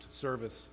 service